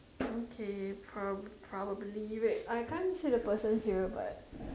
okay pro~ probably wait I can't see the person here but